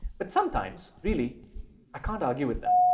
but sometimes really i can't argue with them.